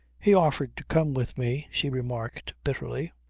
he offered to come with me, she remarked bitterly.